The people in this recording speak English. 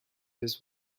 this